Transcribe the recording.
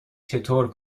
چطور